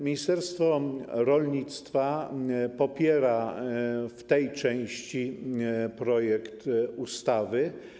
Ministerstwo rolnictwa popiera w tej części projekt ustawy.